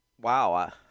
Wow